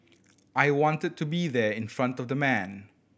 I wanted to be there in front of the man